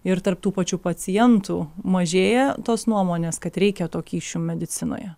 ir tarp tų pačių pacientų mažėja tos nuomonės kad reikia tų kyšių medicinoje